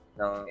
ng